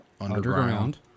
Underground